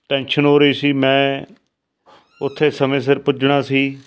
tension ਹੋ ਰਹੀ ਸੀ ਮੈਂ ਉੱਥੇ ਸਮੇਂ ਸਿਰ ਪੁੱਜਣਾ ਸੀ